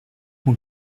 mon